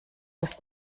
ist